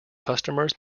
customers